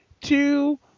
two